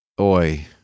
Oi